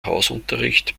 hausunterricht